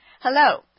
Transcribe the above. Hello